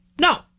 no